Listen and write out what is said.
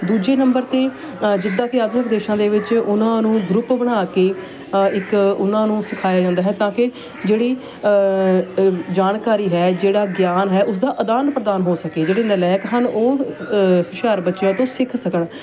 ਦੂਜੇ ਨੰਬਰ 'ਤੇ ਜਿੱਦਾਂ ਕਿ ਆਧੁਨਿਕ ਦੇਸ਼ਾਂ ਦੇ ਵਿੱਚ ਉਹਨਾਂ ਨੂੰ ਗਰੁੱਪ ਬਣਾ ਕੇ ਇੱਕ ਉਹਨਾਂ ਨੂੰ ਸਿਖਾਇਆ ਜਾਂਦਾ ਹੈ ਤਾਂ ਕਿ ਜਿਹੜੀ ਜਾਣਕਾਰੀ ਹੈ ਜਿਹੜਾ ਗਿਆਨ ਹੈ ਉਸਦਾ ਅਦਾਨ ਪ੍ਰਦਾਨ ਹੋ ਸਕੇ ਜਿਹੜੇ ਨਲਾਇਕ ਹਨ ਉਹ ਹੁਸ਼ਿਆਰ ਬੱਚਿਆਂ ਤੋਂ ਸਿੱਖ ਸਕਣ